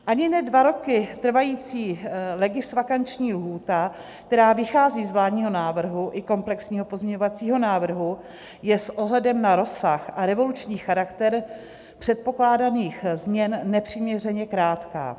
Ani ne dva roky trvající legisvakanční lhůta, která vychází z vládního návrhu i komplexního pozměňovacího návrhu, je s ohledem na rozsah a revoluční charakter předpokládaných změn nepřiměřeně krátká.